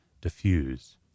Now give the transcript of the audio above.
diffuse